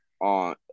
on